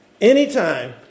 Anytime